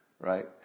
right